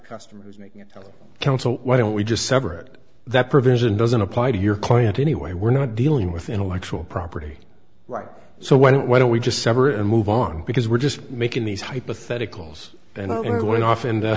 telling council why don't we just separate that provision doesn't apply to your client anyway we're not dealing with intellectual property rights so why don't why don't we just separate and move on because we're just making these hypotheticals and it went off